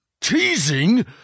teasing